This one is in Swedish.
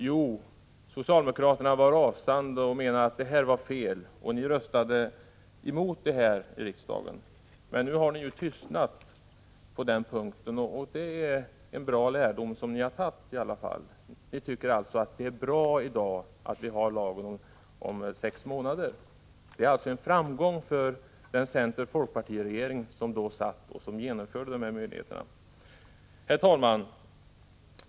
Jo, socialdemokraterna var rasande och menade att det var ett felaktigt beslut. Ni röstade emot förslaget i riksdagen, men nu har ni tystnat på denna punkt. Det är i alla fall en bra lärdom som ni har dragit härvidlag. Ni tycker alltså nu att det är bra att bestämmelsen om dessa sex månader finns. Det är en framgång för den centeroch folkpartiregering som öppnade denna möjlighet. Herr talman!